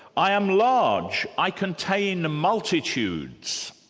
i am large, i contain multitudes.